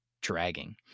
dragging